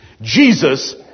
Jesus